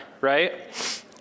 right